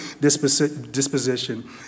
disposition